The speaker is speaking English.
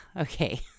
okay